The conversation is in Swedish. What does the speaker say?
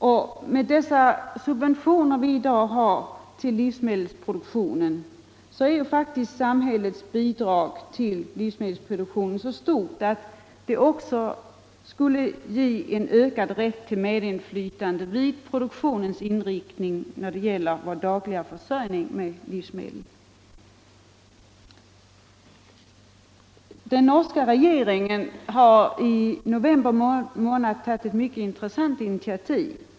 Genom de subventioner som i dag går till livsmedelsproduktionen är samhällets bidrag till livsmedelsproduktionen så stort att det också borde ge en ökad rätt till medinflytande över produktionens inriktning när det gäller vår dagliga försörjning med livsmedel. Den norska regeringen tog i november månad ett mycket intressant initiativ.